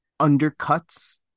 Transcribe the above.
undercuts